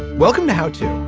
welcome to how to.